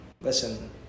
listen